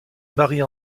marie